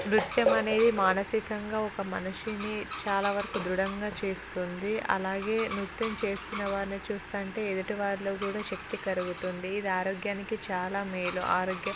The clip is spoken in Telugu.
నృత్యం అనేది మానసికంగా ఒక మనిషిని చాలా వరకు దృఢంగా చేస్తుంది అలాగే నృత్యం చేస్తున్న వారిని చూస్తుంటే ఎదుటివారిలో కూడా శక్తి కరుగుతుంది ఇది ఆరోగ్యానికి చాలా మేలు ఆరోగ్య